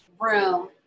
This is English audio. room